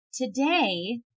today